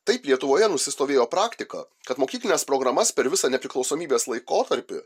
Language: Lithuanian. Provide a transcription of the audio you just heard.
taip lietuvoje nusistovėjo praktika kad mokyklines programas per visą nepriklausomybės laikotarpį